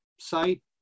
site